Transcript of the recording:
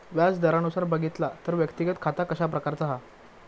व्याज दरानुसार बघितला तर व्यक्तिगत खाता कशा प्रकारचा हा?